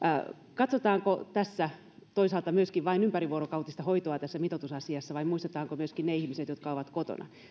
katsotaanko tässä mitoitusasiassa toisaalta vain ympärivuorokautista hoitoa vai muistetaanko myöskin ne ihmiset jotka ovat kotona